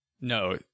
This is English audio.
No